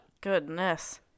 Goodness